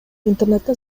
интернеттен